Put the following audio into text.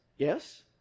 Yes